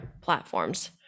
platforms